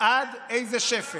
עד איזה שפל.